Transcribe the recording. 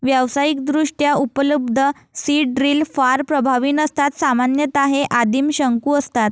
व्यावसायिकदृष्ट्या उपलब्ध seed drill फार प्रभावी नसतात सामान्यतः हे आदिम शंकू असतात